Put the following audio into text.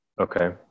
okay